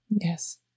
Yes